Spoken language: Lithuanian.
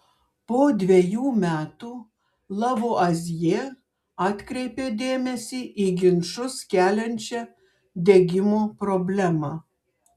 po dvejų metų lavuazjė atkreipė dėmesį į ginčus keliančią degimo problemą